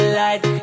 light